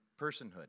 personhood